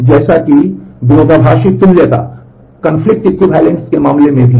तो दृश्य तुल्यता है